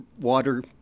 water